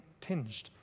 tinged